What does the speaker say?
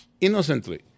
innocently